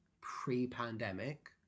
pre-pandemic